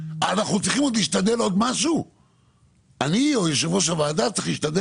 להשתדל בעוד משהו, אני או יושב ראש הוועדה?